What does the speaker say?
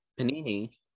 panini